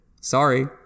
Sorry